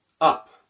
Up